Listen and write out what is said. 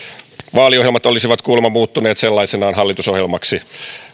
vaaliohjelmat olisivat kuulemma muuttuneet sellaisinaan hallitusohjelmaksi